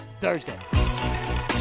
Thursday